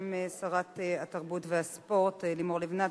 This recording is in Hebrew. בשם שרת התרבות והספורט לימור לבנת.